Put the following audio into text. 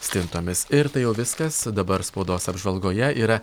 stintomis ir tai jau viskas dabar spaudos apžvalgoje yra